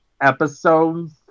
episodes